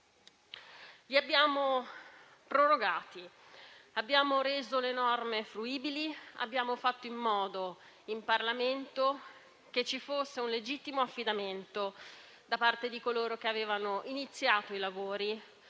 Li abbiamo prorogati, abbiamo reso le norme fruibili, abbiamo fatto in modo in Parlamento che ci fosse un legittimo affidamento da parte di coloro che avevano iniziato i lavori